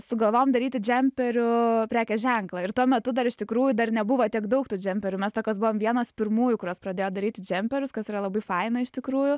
sugalvojom daryti džemperių prekės ženklą ir tuo metu dar iš tikrųjų dar nebuvo tiek daug tų džemperių mes tokios buvom vienos pirmųjų kurios pradėjo daryti džemperius kas yra labai faina iš tikrųjų